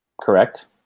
Correct